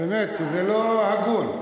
באמת, זה לא הגון.